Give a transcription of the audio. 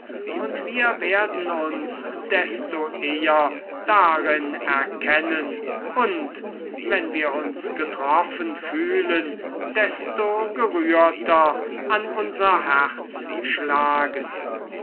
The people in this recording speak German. und wir werden uns desto eher darin erkennen und wenn wir uns getroffen fühlen desto gerührter an unser herz schlagen